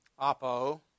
apo